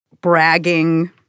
bragging